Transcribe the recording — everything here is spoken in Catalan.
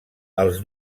els